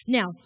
Now